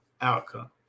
outcome